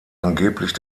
angeblich